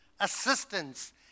assistance